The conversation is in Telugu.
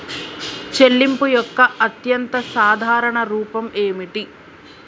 చెల్లింపు యొక్క అత్యంత సాధారణ రూపం ఏమిటి?